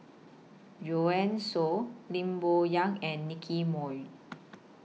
Joanne Soo Lim Bo Yam and Nicky Moey